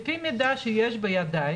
לפי מידע שיש בידיי